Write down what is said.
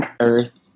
earth